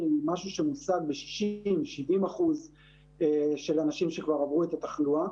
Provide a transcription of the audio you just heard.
ומצבו והשימוש בו ממש לא ברורים לוועדה,